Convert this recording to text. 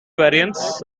variants